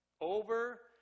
Over